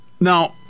Now